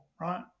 right